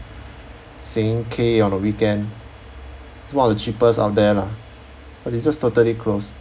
sing K on the weekend it's one of the cheapest out there lah but it just totally close